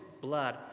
blood